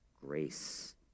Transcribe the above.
Grace